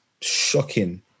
Shocking